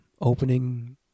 opening